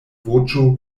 voĉo